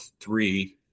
three